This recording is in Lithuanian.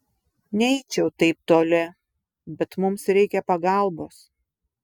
neeičiau taip toli bet mums reikia pagalbos